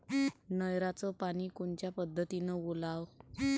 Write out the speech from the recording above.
नयराचं पानी कोनच्या पद्धतीनं ओलाव?